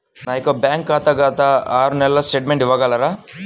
నా యొక్క బ్యాంక్ ఖాతా గత ఆరు నెలల స్టేట్మెంట్ ఇవ్వగలరా?